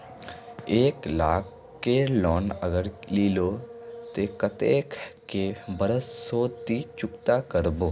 एक लाख केर लोन अगर लिलो ते कतेक कै बरश सोत ती चुकता करबो?